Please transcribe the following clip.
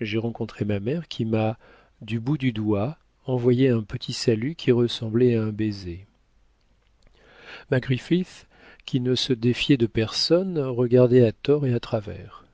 j'ai rencontré ma mère qui m'a du bout du doigt envoyé un petit salut qui ressemblait à un baiser ma griffith qui ne se défiait de personne regardait à tort et à travers